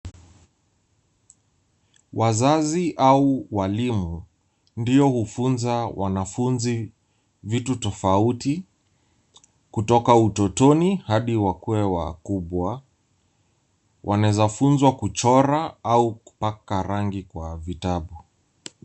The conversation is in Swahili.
Wazazi au walimu ndio hufunza wanafunzi vitu tofauti kutoka utotoni hadi wakue wakubwa. Wanaweza funzwa kuchora au kupaka rangi kwa vitabu.